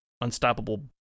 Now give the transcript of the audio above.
unstoppable